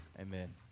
Amen